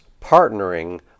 partnering